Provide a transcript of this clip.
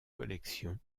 collection